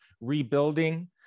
rebuilding